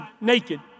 naked